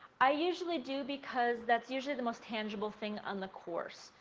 i usually do because that's usually the most tangible thing on the course.